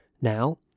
Now